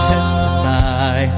Testify